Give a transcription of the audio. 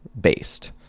based